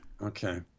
Okay